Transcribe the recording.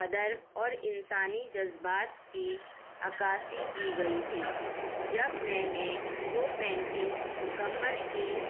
قدر اور انسانی جذبات کی عکاسی کی گئی تھی جب میں نے وہ پینٹنگ مکمل کی